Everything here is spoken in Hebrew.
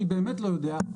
אני באמת לא יודע,